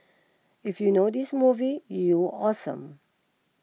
if you know this movie you awesome